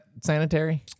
sanitary